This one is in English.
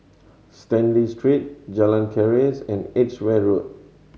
Stanley Street Jalan Keris and Edgware Road